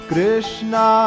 Krishna